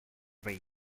vase